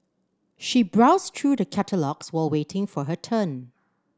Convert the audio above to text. she browsed through the catalogues while waiting for her turn